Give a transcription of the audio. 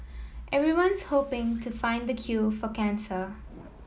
everyone's hoping to find the cure for cancer